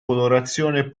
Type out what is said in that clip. colorazione